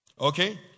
Okay